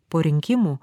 po rinkimų